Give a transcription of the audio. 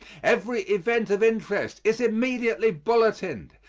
every event of interest is immediately bulletined.